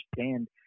understand